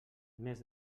més